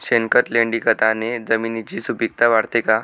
शेणखत, लेंडीखताने जमिनीची सुपिकता वाढते का?